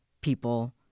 people